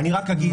אני אגיד